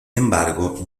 embargo